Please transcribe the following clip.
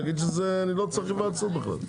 להגיד שאני לא צריך היוועצות בכלל.